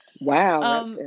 Wow